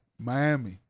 Miami